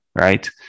Right